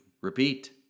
Repeat